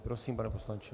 Prosím, pane poslanče.